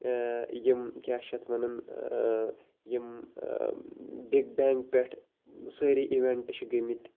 یِم کیاہ چھِ یتھ وَنان یِم بِگ بینٛگ پٮ۪ٹھ سٲری اِونٹ چھِ گٔمٕتۍ